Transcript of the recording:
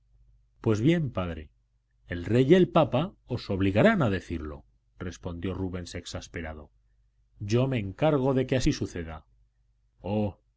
pues bien padre el rey y el papa os obligarán a decirlo respondió rubens exasperado yo me encargo de que así suceda